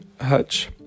hutch